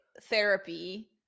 therapy